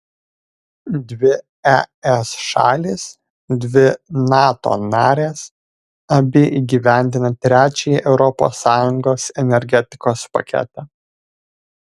dvi es šalys dvi nato narės abi įgyvendina trečiąjį europos sąjungos energetikos paketą